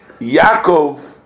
Yaakov